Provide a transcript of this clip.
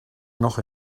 noch